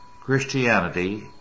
Christianity